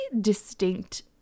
distinct